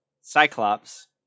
Cyclops